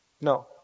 No